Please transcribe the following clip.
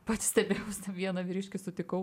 pati stebėjausi vieną vyriškį sutikau